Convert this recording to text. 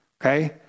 Okay